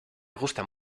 gustan